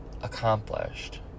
accomplished